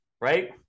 right